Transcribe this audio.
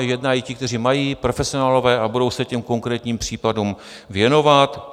Jednají i ti, kteří mají, profesionálové, a budou se těm konkrétním případům věnovat.